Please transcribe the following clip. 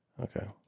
Okay